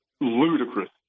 ludicrous